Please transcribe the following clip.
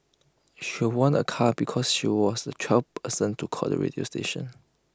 she won A car because she was the twelfth person to call the radio station